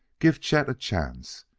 give chet a chance.